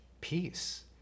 peace